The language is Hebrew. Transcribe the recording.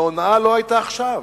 ההונאה לא היתה עכשיו.